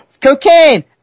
cocaine